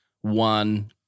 one